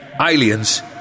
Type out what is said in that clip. Aliens